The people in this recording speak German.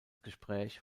gespräch